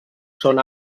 són